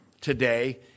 today